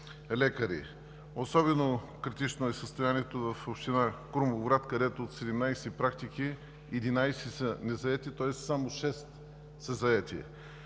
Особено критично е състоянието в община Крумовград, където от 17 практики, 11 са незаети, тоест само 6 са заети.